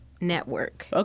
Network